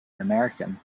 american